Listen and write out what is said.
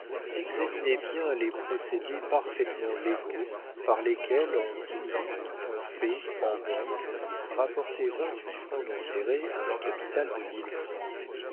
examinez bien les procédés parfaitement légaux par lesquels en dix minutes on fait en banque rapporter vingt-huit francs d'intérêt à un capital de mille francs